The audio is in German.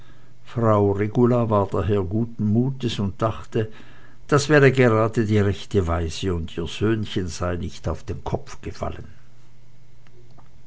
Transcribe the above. frau regula war daher guten mutes und dachte das wäre gerade die rechte weise und ihr söhnchen sei nicht auf den kopf gefallen